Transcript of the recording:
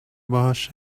باهاش